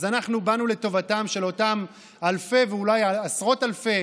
אז אנחנו באנו לטובתם של אותם אלפי ואולי עשרות אלפי